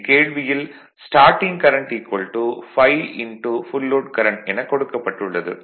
இங்கு கேள்வியில் starting current 5 full load current எனக் கொடுக்கப்பட்டுள்ளது